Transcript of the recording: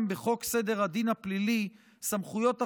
בחוק סדר הדין הפלילי (סמכויות אכיפה,